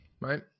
right